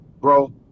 bro